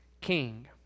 king